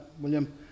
William